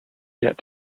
get